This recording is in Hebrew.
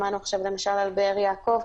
שמענו, למשל, על באר יעקב.